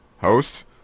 Host